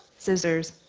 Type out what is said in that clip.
scissors,